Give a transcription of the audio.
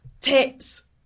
tips